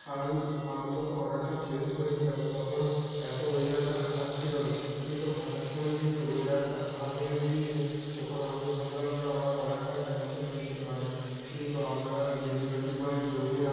কারণ আমি যখন অডারটা প্লেস করেছিলাম তখন এতো ওয়েদারটা খারাপ ছিলো না কিন্তু হঠাৎ করে যেই ওয়েদারটা খারাপ হয়ে গিয়েছে তখন আমি ভাবলাম যে আমার অর্ডারটা ক্যান্সেল হয়ে যেতে পারে কিন্তু আপনারা ডেলিভারি বয়ের লোকেরা